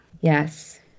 Yes